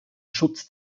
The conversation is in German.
schutz